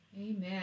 Amen